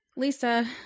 Lisa